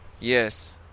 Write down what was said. Yes